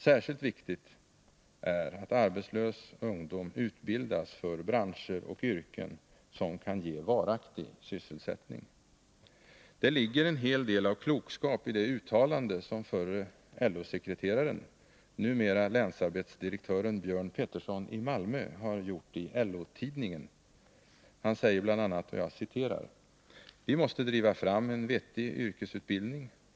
Särskilt viktigt är att arbetslös ungdom utbildas för branscher och yrken som kan ge varaktig sysselsättning. Det ligger en hel del av klokskap i det uttalande som förre LO Nr 37 sekreteraren, numera länsarbetsdirektören Björn Pettersson i Malmö, har Fredagen den gjort i LO-tidningen. Han säger bl.a.: ”Vi måste driva fram en vettig 28 november 1980 yrkesutbildning.